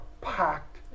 packed